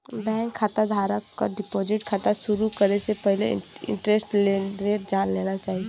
bank खाता धारक क डिपाजिट खाता शुरू करे से पहिले इंटरेस्ट रेट जान लेना चाही